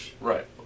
Right